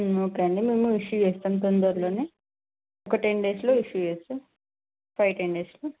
okay అండి మేము issue చేస్తాము తొందరలోనే ఒక టెన్ డేస్ లో ఇష్యూ చేస్తాం ఫైవ్ టెన్ డేస్ లో